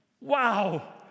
Wow